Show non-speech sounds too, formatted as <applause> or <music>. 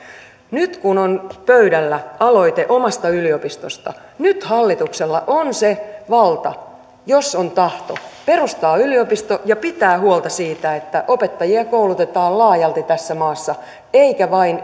nyt kun on pöydällä aloite omasta yliopistosta hallituksella on se valta jos on tahto perustaa yliopisto ja pitää huolta siitä että opettajia koulutetaan laajalti tässä maassa eikä vain <unintelligible>